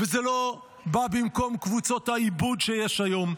וזה לא בא במקום קבוצות העיבוד שיש היום.